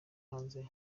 hanze